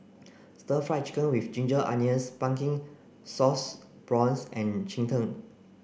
stir fried chicken with ginger onions pumpkin sauce prawns and Cheng Tng